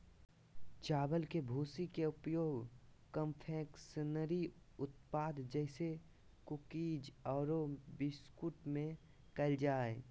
चावल के भूसी के उपयोग कन्फेक्शनरी उत्पाद जैसे कुकीज आरो बिस्कुट में कइल जा है